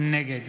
נגד